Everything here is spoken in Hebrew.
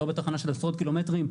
מדובר בתחנה של עשרות קילומטרים.